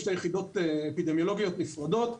שתי יחידות אפידמיולוגיות נפרדות,